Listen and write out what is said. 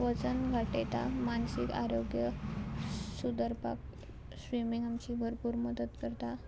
वजन घाटयता मानसीक आरोग्य सुदरपाक स्विमींग आमची भरपूर मदत करता